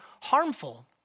harmful